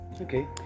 Okay